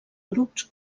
grups